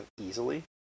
easily